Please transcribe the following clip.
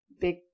big